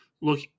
look